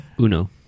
Uno